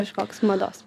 kažkoks mados